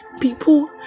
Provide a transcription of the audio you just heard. people